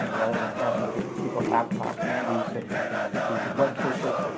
yeah rather than having to keep a laptop handy so that you can do web searches,